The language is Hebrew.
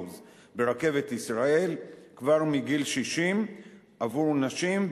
ברכבת ישראל כבר מגיל 60 עבור נשים,